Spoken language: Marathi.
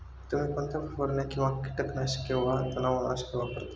तुम्ही कोणत्या फवारण्या किंवा कीटकनाशके वा तणनाशके वापरता?